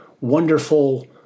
wonderful